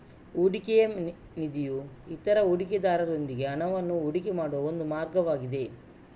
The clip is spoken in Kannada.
ಹೂಡಿಕೆಯ ನಿಧಿಯು ಇತರ ಹೂಡಿಕೆದಾರರೊಂದಿಗೆ ಹಣವನ್ನು ಹೂಡಿಕೆ ಮಾಡುವ ಒಂದು ಮಾರ್ಗವಾಗಿದೆ